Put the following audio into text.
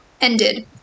ended